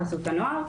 חסות הנוער.